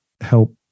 help